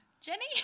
Jenny